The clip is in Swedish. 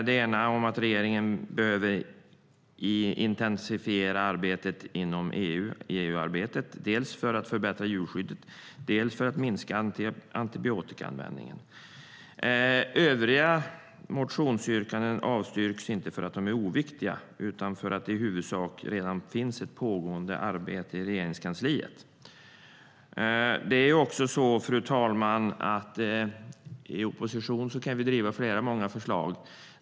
Det ena är om att regeringen behöver intensifiera EU-arbetet dels för att förbättra djurskyddet, dels för att minska antibiotikaanvändningen. Övriga motionsyrkanden avstyrks inte för att de är oviktiga utan för att det i huvudsak redan finns ett pågående arbete i Regeringskansliet.Fru talman! I opposition kan vi driva många förslag.